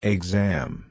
Exam